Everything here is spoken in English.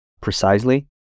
precisely